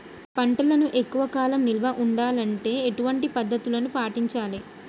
పంటలను ఎక్కువ కాలం నిల్వ ఉండాలంటే ఎటువంటి పద్ధతిని పాటించాలే?